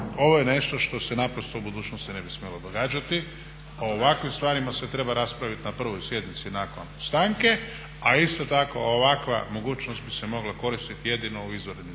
ovo je nešto što se naprosto u budućnosti ne bi smjelo događati, o ovakvim stvarima se treba raspraviti na prvoj sjednici nakon stanke, a isto tako ovakva mogućnost bi se mogla koristiti jedino u izvanrednim situacijama